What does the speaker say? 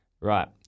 Right